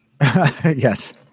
Yes